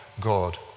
God